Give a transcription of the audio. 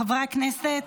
חברי הכנסת,